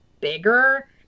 bigger